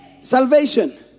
salvation